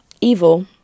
evil